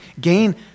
gain